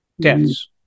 deaths